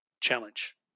challenge